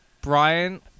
Brian